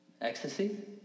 Ecstasy